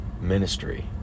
ministry